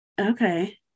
Okay